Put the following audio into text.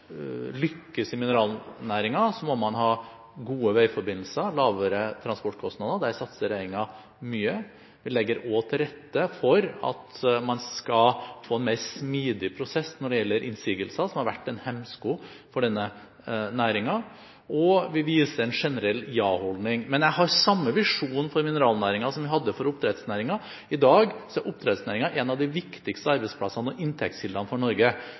lykkes i mineralnæringen, må man ha gode veiforbindelser og lavere transportkostnader. Der satser regjeringen mye. Vi legger også til rette for at man skal få en mer smidig prosess når det gjelder innsigelser, som har vært en hemsko for denne næringen, og vi viser en generell ja-holdning. Men vi har samme visjon for mineralnæringen som vi hadde for oppdrettsnæringen. I dag er oppdrettsnæringen en av de viktigste arbeidsplassene og inntektskildene for Norge,